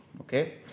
Okay